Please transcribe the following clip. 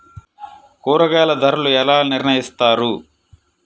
కూరగాయల ధరలు ఎలా నిర్ణయిస్తారు?